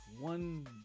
one